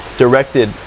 Directed